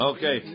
Okay